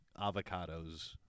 avocados